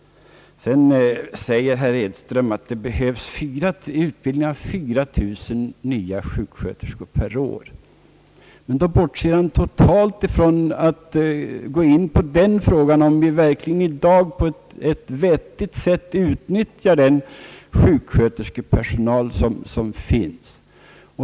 Herr Edström säger att det behövs utbildning av 4000 nya sjuksköterskor per år, men då bortser han totalt från frågan om vi verkligen i dag på ett vettigt sätt utnyttjar den sjuksköterskepersonal som finns.